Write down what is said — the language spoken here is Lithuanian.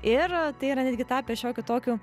ir tai yra netgi tapę šiokiu tokiu